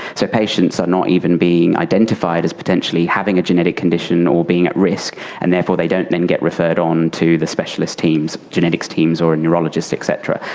so patients are not even being identified as potentially having a genetic condition or being at risk, and therefore they don't then get referred on to the specialist teams, genetics teams or neurologists et cetera,